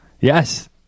Yes